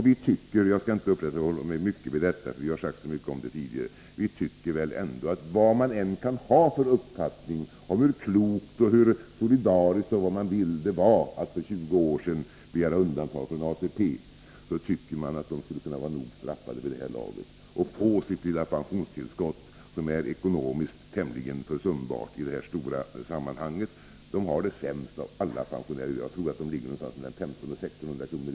Vi tycker att — jag skall inte uppehålla mig så länge vid detta, för det har sagts så mycket om det tidigare — vad man än har för uppfattning om hur klokt och solidariskt det var att för 20 år sedan begära undantag från ATP, är dessa människor straffade nog vid det här laget och borde få sitt lilla pensionstillskott, som ekonomiskt är tämligen försumbart i det här stora sammanhanget. De har det sämst av alla pensionärer i dag. Jag tror att de får mellan 1 500 och 1 600 kr.